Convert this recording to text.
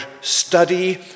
study